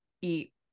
eat